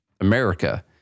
America